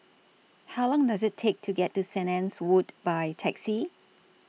How Long Does IT Take to get to Saint Anne's Wood By Taxi